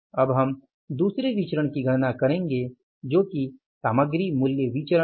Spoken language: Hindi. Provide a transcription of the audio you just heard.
अब हम दूसरे विचरण की गणना करेंगे जो कि सामग्री मूल्य विचरण है